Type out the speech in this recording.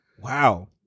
Wow